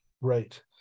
Right